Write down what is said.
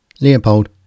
Leopold